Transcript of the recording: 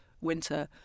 winter